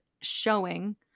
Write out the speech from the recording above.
showing